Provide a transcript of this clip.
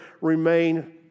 remain